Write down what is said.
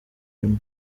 urimo